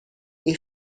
این